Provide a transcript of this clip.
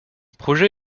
projet